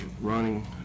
running